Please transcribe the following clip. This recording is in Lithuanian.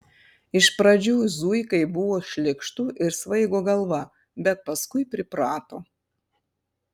iš pradžių zuikai buvo šlykštu ir svaigo galva bet paskui priprato